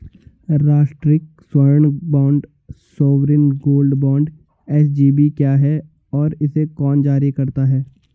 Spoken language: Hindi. राष्ट्रिक स्वर्ण bond sovereign gold bond SGB क्या है और इसे कौन जारी करता है?